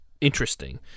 interesting